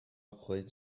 chuid